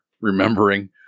remembering